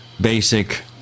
basic